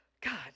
God